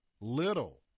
little